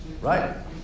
right